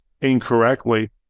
incorrectly